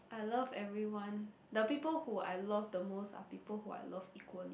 I love everyone the people who I love the most the people I love equally